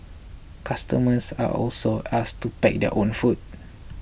customers are also asked to pack their own food